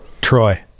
Troy